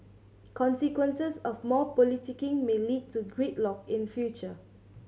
consequences of more politicking may lead to gridlock in future